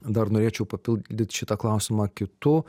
dar norėčiau papildyt šitą klausimą kitu